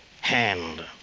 hand